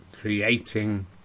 creating